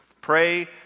Pray